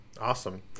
Awesome